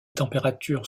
températures